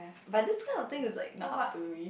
but this kind of thing is like not up to me